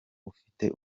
ufite